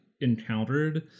encountered